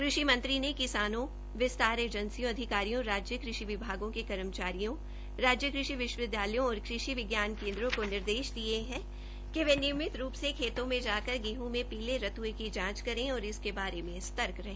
कृषि मंत्री ने किसानों विस्तार एजेसियों आधिकारियों और राज्य कृषि विभागें के कर्मचारियों राज्य कृषि विश्वविद्यालयों और कृषि विज्ञान केन्द्रो को निर्देश दिये है कि वे नियमित रूप से खेतों मे जकार गेहं में पीले रत्ए की जांच करे और इसके बारे मे सतर्क रहे